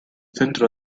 centro